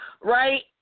right